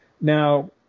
Now